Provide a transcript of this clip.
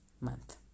month